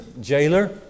jailer